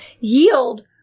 yield